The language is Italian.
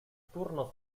turno